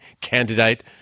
Candidate